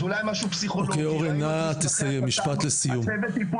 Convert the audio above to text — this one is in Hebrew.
זה אולי משהו פסיכולוגי --- אורן משפט לסיום,